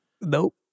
Nope